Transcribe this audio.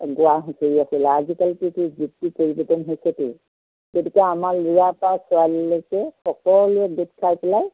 গোৱা হুঁচৰি আছিলে আজিকালিতো এইটো যুগতো পৰিৱৰ্তন হৈছেতো গতিকে আমাৰ ল'ৰাৰ পৰা ছোৱালীলৈকে সকলোৱে গোট খাই পেলাই